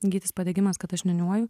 gytis padegimas kad aš niūniuoju